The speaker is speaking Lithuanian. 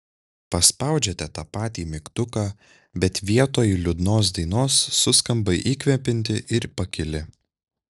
paspaudžiate tą patį mygtuką bet vietoj liūdnos dainos suskamba įkvepianti ir pakili